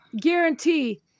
Guarantee